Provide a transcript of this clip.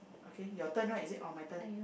okay your turn right is it or my turn